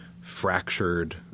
fractured –